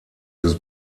des